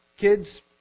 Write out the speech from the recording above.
Kids